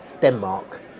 Denmark